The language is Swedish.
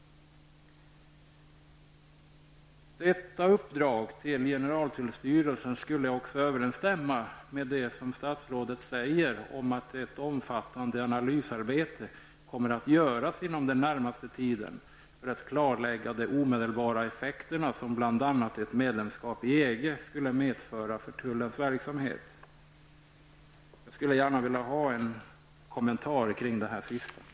Detta uppdrag till generaltullstyrelsen skulle också överensstämma med det som statsrådet säger om att ett omfattande analysarbete kommer att göras den närmaste tiden för att klarlägga de omedelbara effekterna som bl.a. ett medlemskap i EG skulle medföra för tullens verksamhet. Jag skulle gärna vilja ha en kommentar till det sistnämnda.